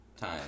time